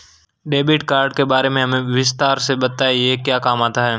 Debit card के बारे में हमें विस्तार से बताएं यह क्या काम आता है?